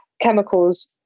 chemicals